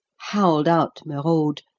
howled out merode,